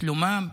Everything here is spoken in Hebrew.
בשלומם.